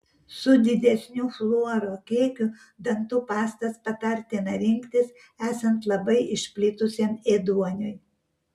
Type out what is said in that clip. su didesniu fluoro kiekiu dantų pastas patartina rinktis esant labai išplitusiam ėduoniui